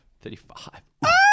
Thirty-five